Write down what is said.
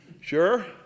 Sure